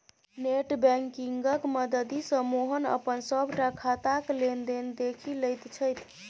net बैंकिंगक मददिसँ मोहन अपन सभटा खाताक लेन देन देखि लैत छथि